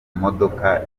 modoka